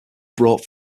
brought